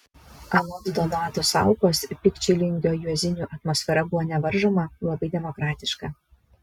anot donato saukos pikčilingio juozinių atmosfera buvo nevaržoma labai demokratiška